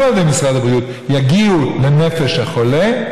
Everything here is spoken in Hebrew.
ממשרד הבריאות יגיעו לנפש החולה,